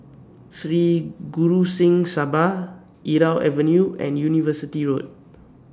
Sri Guru Singh Sabha Irau Avenue and University Road